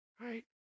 right